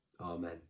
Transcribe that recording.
Amen